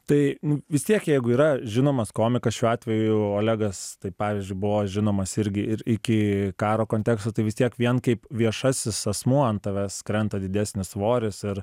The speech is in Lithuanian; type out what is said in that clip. tai nu vis tiek jeigu yra žinomas komikas šiuo atveju olegas tai pavyzdžiui buvo žinomas irgi ir iki karo konteksto tai vis tiek vien kaip viešasis asmuo ant tavęs krenta didesnis svoris ir